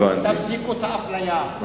תפסיקו את האפליה,